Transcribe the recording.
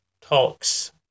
talks